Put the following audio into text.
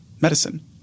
medicine